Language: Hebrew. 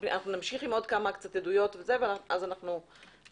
נמשיך עם עוד עדויות, ונתחיל.